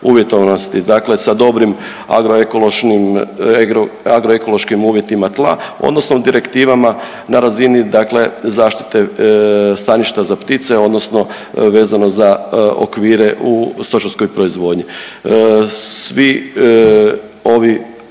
uvjetovanosti dakle sa dobrim agro-ekološnim, agro-ekološkim uvjetima tla odnosno direktivama na razini dakle zaštite staništa za ptice odnosno vezano za okvire u stočarskoj proizvodnji. Svi ovi